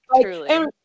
Truly